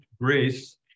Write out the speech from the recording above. grace